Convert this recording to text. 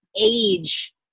age